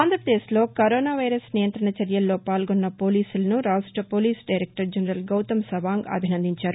ఆంధ్రప్రదేశ్లో corona virus నియంత్రణ చర్యల్లో పాల్గొన్న పోలీసులను రాష్ట police director general Gautam Sawang అభిసందించారు